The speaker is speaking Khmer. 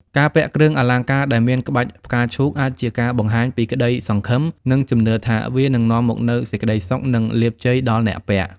ការពាក់គ្រឿងអលង្ការដែលមានក្បាច់ផ្កាឈូក អាចជាការបង្ហាញពីក្តីសង្ឃឹម និងជំនឿថាវានឹងនាំមកនូវសេចក្តីសុខ និងលាភជ័យដល់អ្នកពាក់។